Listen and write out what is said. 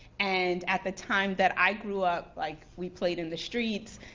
and at the time that i grew up, like we played in the streets,